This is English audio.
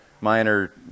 minor